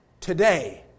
today